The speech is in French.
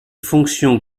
fonction